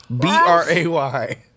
B-R-A-Y